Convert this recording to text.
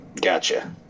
Gotcha